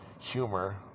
humor